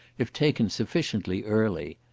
if taken sufficiently early.